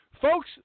Folks